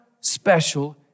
special